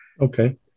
Okay